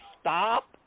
stop